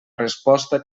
resposta